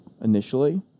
initially